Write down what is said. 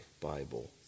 Bible